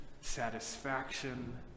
satisfaction